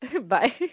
Bye